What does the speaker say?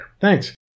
Thanks